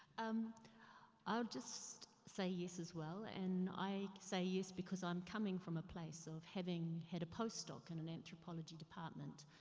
um i just say yes as well. and i say yes because i'm coming from a place of having head of post doc at and an anthropology department.